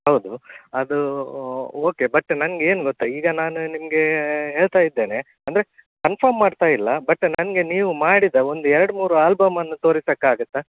ಹೌದು ಅದು okay but ನನ್ಗೆ ಏನು ಗೊತ್ತಾ ಈಗ ನಾನು ನಿಮ್ಗೆ ಹೇಳ್ತಾ ಇದ್ದೇನೆ ಅಂದರೆ ಕನ್ಫರ್ಮ್ ಮಾಡ್ತಾ ಇಲ್ಲ ಬಟ್ಟು ನನಗೆ ನೀವು ಮಾಡಿದ ಒಂದು ಎರಡು ಮೂರು ಆಲ್ಬಮನ್ನು ತೋರಿಸೋಕ್ಕಾಗತ್ತ